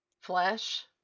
Flesh